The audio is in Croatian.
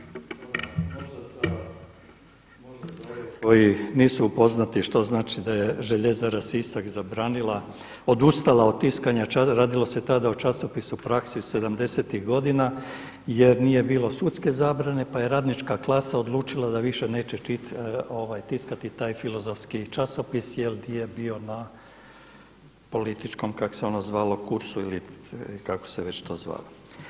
Možda za ove koji nisu upoznati što znači da je Željezara Sisak zabranila, odustala od tiskanja, radilo se tada o časopisu Praksi sedamdesetih godina jer nije bilo sudske zabrane pa je radnička klasa odlučila da više neće tiskati taj filozofski časopis jer je bio na političkom kako se ono zvao kursu ili kako se već to zvalo.